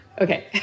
Okay